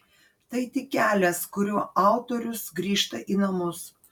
tai tik kelias kuriuo autorius grįžta į namus